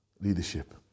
leadership